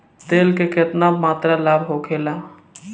तेल के केतना मात्रा लाभ होखेला?